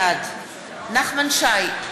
בעד נחמן שי,